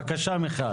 בבקשה מיכל.